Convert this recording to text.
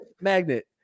magnet